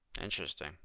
Interesting